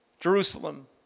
Jerusalem